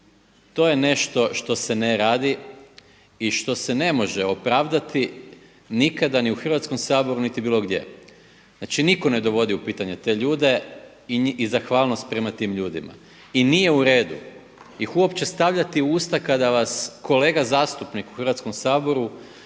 To je nešto što se ne radi i što se ne može opravdati nikada ni u Hrvatskom saboru niti bilo gdje. Znači niko ne dovodi u pitanje te ljude i zahvalnost prema tim ljudima. I nije uredu ih uopće stavljati u usta kada vas kolega zastupnik u Hrvatskom saboru